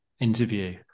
interview